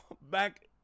back